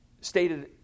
stated